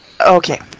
Okay